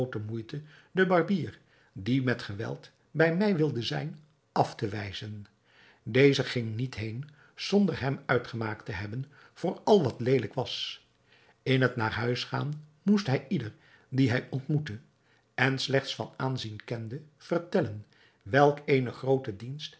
moeite den barbier die met geweld bij mij wilde zijn af te wijzen deze ging niet heen zonder hem uitgemaakt te hebben voor al wat leelijk was in het naar huis gaan moest hij ieder dien hij ontmoette en slechts van aanzien kende vertellen welk eenen grooten dienst